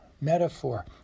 metaphor